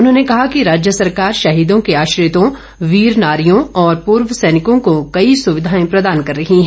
उन्होंने कहा कि राज्य सरकार शहीदों के आश्रितों वीर नारियों और पूर्व सैनिकों को कई सुविधाएं प्रदान कर रही हैं